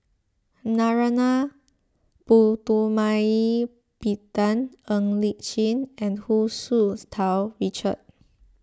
Narana Putumaippittan Ng Li Chin and Hu Tsu Tau Richard